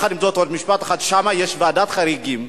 עוד משפט אחד, יחד עם זאת, יש שם ועדת חריגים.